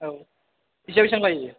औ बेसेबां बेसेबां लायो